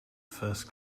first